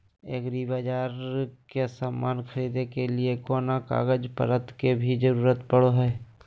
एग्रीबाजार से समान खरीदे के लिए कोनो कागज पतर के भी जरूरत लगो है?